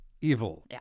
evil